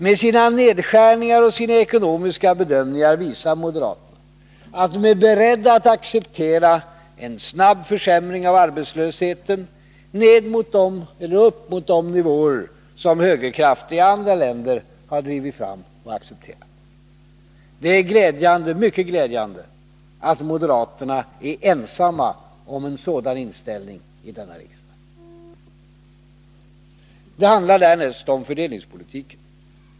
Med sina nedskärningar och sina ekonomiska bedömningar visar moderaterna att de är beredda att acceptera en snabb försämring av arbetslösheten upp möt ide nivåer som högerkrafterna i andra länder har drivit fram och accepterat. Det är mycket glädjande att moderaterna är ensamma om en sådan inställning i denna riksdag. Det handlar därnäst om fördelningspolitiken.